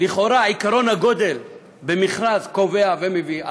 לכאורה עקרון הגודל במכרז קובע ומביא,